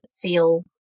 feel